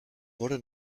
wurde